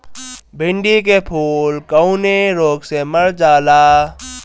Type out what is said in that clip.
भिन्डी के फूल कौने रोग से मर जाला?